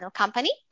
company